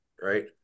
right